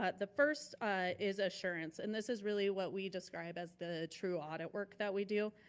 ah the first is assurance. and this is really what we describe as the true audit work that we do.